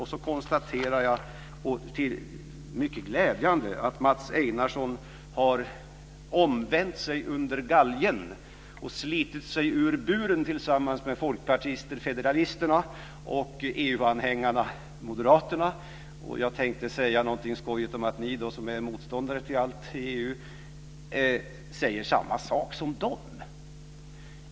Jag konstaterar det mycket glädjande att Mats Einarsson har omvänt sig under galgen och slitit sig ur buren tillsammans med folkpartisterna, federalisterna, och EU-anhängarna moderaterna. Jag tänkte säga någonting skojigt om att ni som är motståndare till allt i EU säger samma sak som dem.